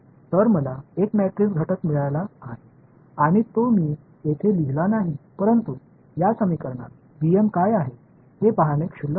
तर मला एक मॅट्रिक्स घटक मिळाला आहे आणि तो मी येथे लिहिला नाही परंतु या प्रकरणात बीएम काय आहे हे पाहणे क्षुल्लक आहे